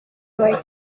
like